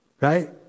right